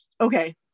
okay